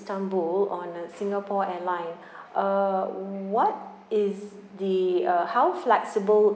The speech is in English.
istanbul on uh singapore airline uh what is the uh how flexible